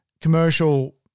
commercial